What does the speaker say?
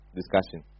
discussion